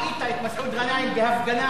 איפה הוא היה לפני שבועיים?